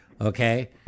okay